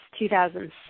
2006